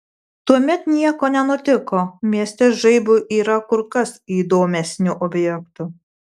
tuomet nieko nenutiko mieste žaibui yra kur kas įdomesnių objektų